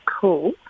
cool